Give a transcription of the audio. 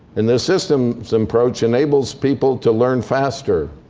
and the systems approach enables people to learn faster,